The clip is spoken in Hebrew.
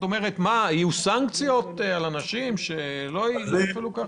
יהיו סנקציות על אנשים שלא ישתמשו?